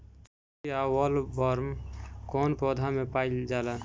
सुंडी या बॉलवर्म कौन पौधा में पाइल जाला?